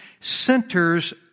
centers